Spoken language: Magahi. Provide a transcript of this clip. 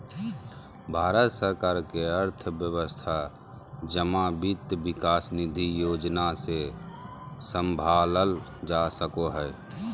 भारत सरकार के अर्थव्यवस्था जमा वित्त विकास निधि योजना से सम्भालल जा सको हय